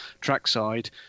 trackside